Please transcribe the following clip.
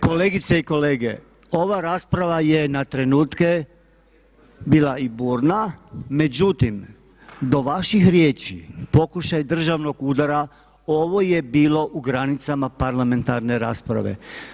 Kolegice i kolege ova rasprava je na trenutke bila i burna, međutim do vaših riječi pokušaj državnog udara ovo je bilo u granicama parlamentarne rasprave.